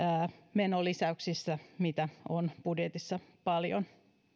menolisäyksistä joita on budjetissa paljon